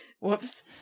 whoops